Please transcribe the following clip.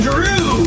Drew